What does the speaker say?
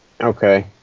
okay